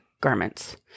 garments